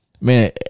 man